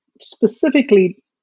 specifically